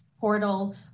portal